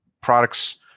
products